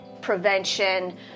prevention